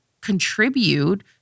contribute